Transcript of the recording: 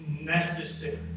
necessary